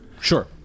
Sure